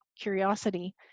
curiosity